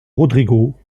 rodrigo